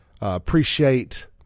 Appreciate